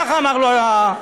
ככה אמר לו עורך-הדין.